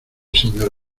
señor